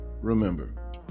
remember